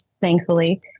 thankfully